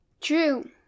true